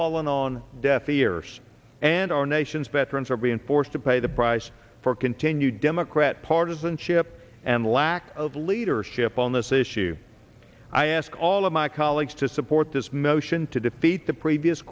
fallen on deaf ears and our nation's veterans are being forced to pay the price for continued democrat partisanship and lack of leadership on this issue i ask all of my colleagues to support this motion to defeat the previous